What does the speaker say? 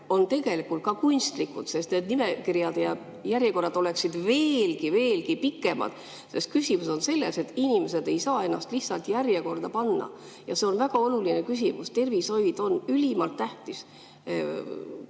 on tegelikult ka kunstlikud, sest need nimekirjad ja järjekorrad oleksid veelgi pikemad. Küsimus on selles, et inimesed ei saa ennast lihtsalt järjekorda panna, ja see on väga oluline probleem. Tervishoid on ülimalt tähtis